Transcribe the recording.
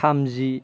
थामजि